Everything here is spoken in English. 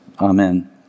Amen